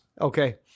Okay